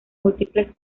múltiples